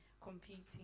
competing